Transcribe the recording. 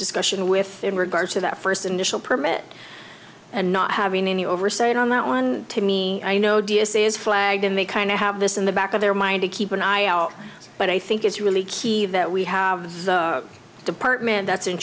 discussion with regard to that first initial permit and not having any oversight on that one to me i know d s is flag and they kind of have this in the back of their mind to keep an eye out but i think it's really key that we have the department that's in